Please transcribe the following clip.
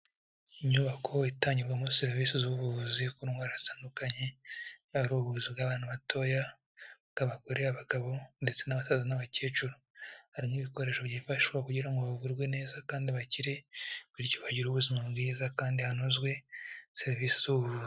Inyubako itangirwamo serivisi z'ubuvuzi ku ndwara zitandukanye, hari ubuvuzi bw'abantu batoya, bw'abagore, abagabo ndetse n'abasaza n'abakecuru. Hari nk'ibikoresho byifashishwa kugira ngo bavurwe neza kandi bakire bityo bagire ubuzima bwiza kandi hanozwe serivisi z'ubuvuzi.